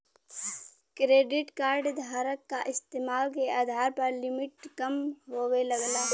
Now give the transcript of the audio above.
credit card धारक क इस्तेमाल के आधार पर लिमिट कम होये लगला